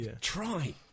Try